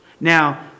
Now